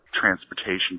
transportation